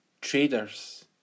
traders